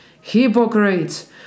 hypocrites